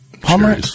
palmer